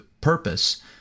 purpose